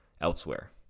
elsewhere